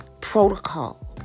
protocol